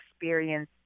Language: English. experience